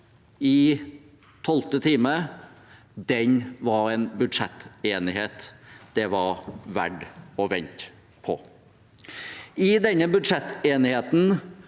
i tolvte time, var en budsjettenighet det var verdt å vente på. I denne budsjettenigheten